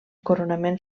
coronament